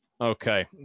Okay